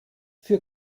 für